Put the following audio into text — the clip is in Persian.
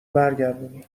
برگردونی